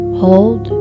hold